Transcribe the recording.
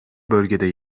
bölgede